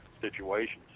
situations